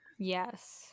yes